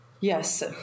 Yes